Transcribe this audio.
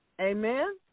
Amen